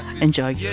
Enjoy